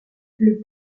plus